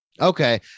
Okay